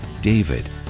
David